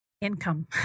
income